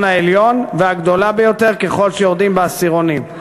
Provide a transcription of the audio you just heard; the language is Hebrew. העליון והגדולה ביותר ככל שיורדים בעשירונים".